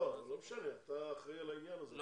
לא משנה, אתה אחראי על העניין הזה.